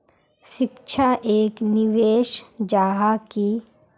शिक्षा एक निवेश जाहा की?